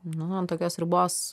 nu ant tokios ribos